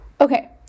Okay